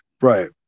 right